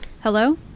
Hello